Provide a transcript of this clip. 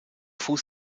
fuß